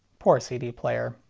poor cd player.